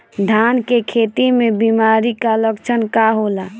धान के खेती में बिमारी का लक्षण का होला?